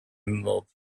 not